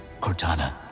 Cortana